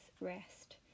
rest